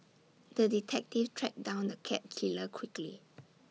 the detective tracked down the cat killer quickly